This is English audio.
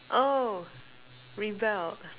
oh rebelled